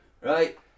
Right